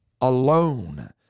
alone